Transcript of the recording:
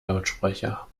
lautsprecher